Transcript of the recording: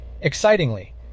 Excitingly